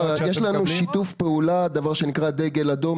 יש לנו שיתוף פעולה שנקרא דגל אדום,